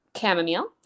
chamomile